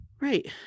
Right